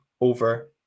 over